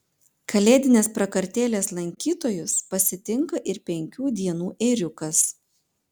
kalėdinės prakartėlės lankytojus pasitinka ir penkių dienų ėriukas